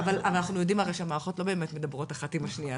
אבל אנחנו יודעים הרי שהמערכות לא באמת מדברות אחת עם השניה,